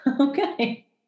Okay